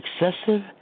excessive